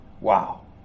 Wow